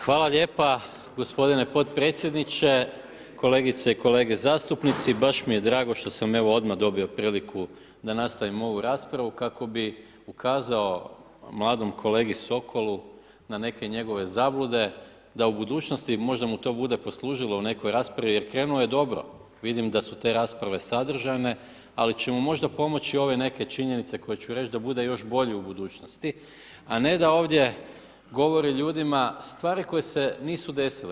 Hvala lijepo gospodine podpredsjedniče, kolegice i kolege zastupnice, baš mi je drago što sam, evo, odmah dobio priliku da nastavim ovu raspravu, kako bih ukazao mladom kolegi Sokoku na neke njegove zablude da u budućnosti, možda mu to bude poslužilo u nekoj raspravi, jer krenuo je dobro, vidim da su te rasprave sadržajne, ali će mu možda pomoći ove neke činjenice koje ću reći, da bude još bolji u budućnosti, a ne da ovdje govori ljudima stvari koje se nisu desile.